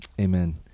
Amen